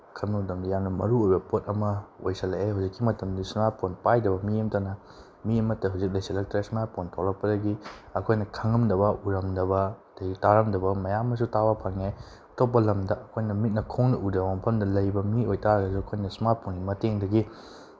ꯈꯪꯕ ꯃꯇꯝꯗ ꯌꯥꯝꯅ ꯃꯔꯨꯑꯣꯏꯕ ꯄꯣꯠ ꯑꯃ ꯑꯣꯏꯁꯤꯜꯂꯛꯑꯦ ꯍꯧꯖꯤꯛꯀꯤ ꯃꯇꯝꯗ ꯏꯁꯃꯥꯔꯠ ꯐꯣꯟ ꯄꯥꯏꯗꯕ ꯃꯤ ꯑꯃꯇꯅ ꯃꯤ ꯑꯃꯠꯇ ꯍꯧꯖꯤꯛ ꯂꯩꯁꯤꯜꯂꯛꯇ꯭ꯔꯦ ꯏꯁꯃꯥꯔꯠ ꯐꯣꯟ ꯊꯣꯔꯛꯄꯗꯒꯤ ꯑꯩꯈꯣꯏꯅ ꯈꯪꯉꯝꯗꯕ ꯎꯔꯝꯗꯕ ꯑꯗꯒꯤ ꯇꯥꯔꯝꯗꯕ ꯃꯌꯥꯝ ꯑꯃꯁꯨ ꯇꯥꯕ ꯐꯪꯉꯦ ꯑꯇꯣꯞꯄ ꯂꯝꯗ ꯑꯩꯈꯣꯏꯅ ꯃꯤꯠꯅ ꯈꯣꯡꯅ ꯎꯗꯕ ꯃꯐꯝꯗ ꯂꯩꯕ ꯃꯤ ꯑꯣꯏ ꯇꯥꯔꯁꯨ ꯑꯩꯈꯣꯏꯅ ꯏꯁꯃꯥꯔꯠ ꯐꯣꯟꯒꯤ ꯃꯇꯦꯡꯗꯒꯤ